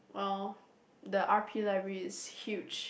oh the R_P library is huge